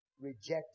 rejected